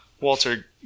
Walter